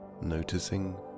noticing